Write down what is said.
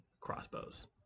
crossbows